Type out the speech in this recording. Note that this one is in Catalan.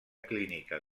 clínica